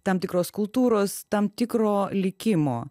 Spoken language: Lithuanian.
tam tikros kultūros tam tikro likimo